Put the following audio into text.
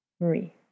Marie